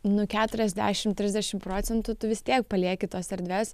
nu keturiasdešim trisdešim procentų tu vis tiek palieki tos erdvės